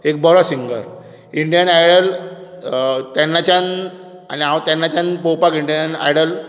एक बरो singer Indian Idol तेन्नाच्यान आनी हांव तेन्नाच्यान पळोवपाक इंडियन आयडल